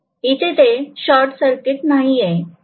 इथे ते शॉर्टसर्किट नाहीये